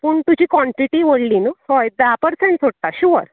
पूण तुजी कोणटीटी व्हडली न्हू हय धा पर्सेंट सोडटा शुअर